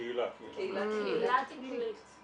קהילה טיפולית.